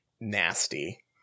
nasty